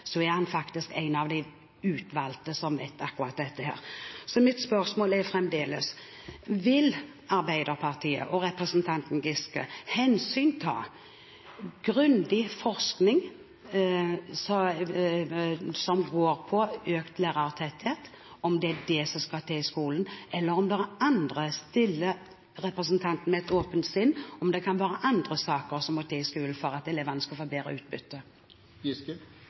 så er han faktisk en av de utvalgte som vet akkurat dette. Så mitt spørsmål er fremdeles: Vil Arbeiderpartiet og representanten Giske hensynta grundig forskning som går på økt lærertetthet, om det er det som skal til i skolen, eller stiller representanten med et åpent sinn om det kan være andre saker som må til i skolen for at elevene skal få bedre utbytte?